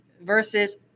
versus